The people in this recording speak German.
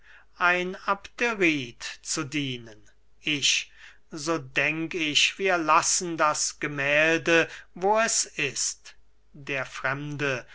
ein abderit zu dienen ich so denk ich wir lassen das gemählde wo es ist der fremde